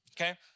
okay